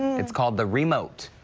it's called the remote.